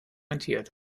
rentiert